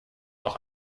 auch